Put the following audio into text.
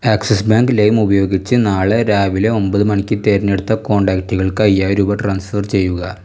axis Bank Lime ഉപയോഗിച്ച് നാളെ രാവിലെ ഒമ്പത് മണിക്ക് തിരഞ്ഞെടുത്ത കോൺടാക്റ്റുകൾക്ക് അയ്യായിരം രൂപ ട്രാൻസ്ഫർ ചെയ്യുക